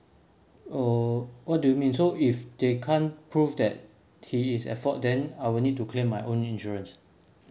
uh what do you mean so if they can't prove that he is at fault then I will need to claim my own insurance